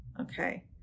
Okay